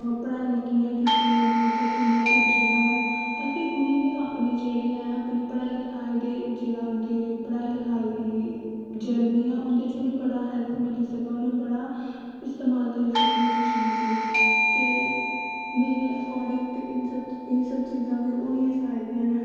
पढ़ाइयां कियां कीतियां नै अग्गैं कियां पुज्जे न ओह् ताकि उनेंगी अपने जेह्ड़े ऐ अपने पढ़ाई लखाई दा अपने जेह्ड़ा उंदी पढ़ाई लखाई दा जरनी ऐं उनें बड़ी हैल्प मिली सकै उनें बड़ा इस्तेमाल करी सकन उनैं चीजें गी ते मेरे आकार्डिंग ते एह् सब चीजां बी होनियां चाही दियां नै